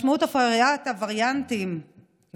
משמעות תופעת הווריאנטים למדינת ישראל,